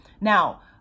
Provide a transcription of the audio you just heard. now